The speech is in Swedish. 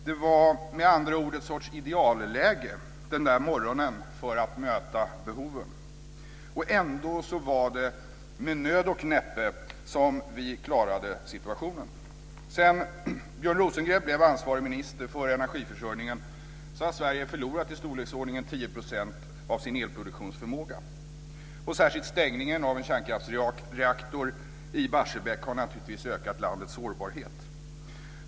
Det var med andra ord ett sorts idealläge den där morgonen för att möta behoven. Ändå var det med nöd och näppe som vi klarade situationen. Sedan Björn Rosengren blev ansvarig minister för energiförsörjningen har Sverige förlorat i storleksordningen 10 % av sin elproduktionsförmåga. Särskilt stängningen av en kärnkraftsreaktor i Barsebäck har naturligtvis ökat landets sårbarhet.